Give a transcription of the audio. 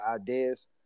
ideas